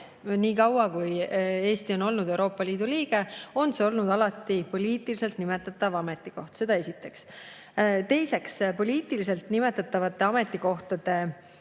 nii kaua, kui Eesti on olnud Euroopa Liidu liige, olnud poliitiliselt nimetatav ametikoht. Seda esiteks. Teiseks, poliitiliselt nimetatavate ametikohtade